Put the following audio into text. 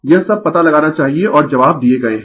यह सब पता लगाना चाहिए और जवाब दिए गए है